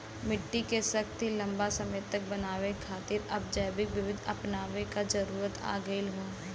मट्टी के शक्ति लंबा समय तक बनाये खातिर अब जैविक विधि अपनावे क जरुरत आ गयल हौ